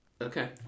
Okay